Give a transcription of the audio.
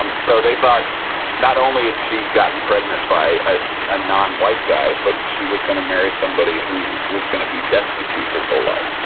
um so they thought not only had she gotten pregnant by a ah non-white guy, but she was going to marry somebody who was going to be destitute his whole life